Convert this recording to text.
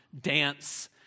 dance